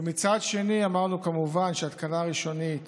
ומצד שני אמרנו, כמובן, שהתקנה ראשונית